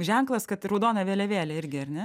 ženklas kad raudona vėliavėlė irgi ar ne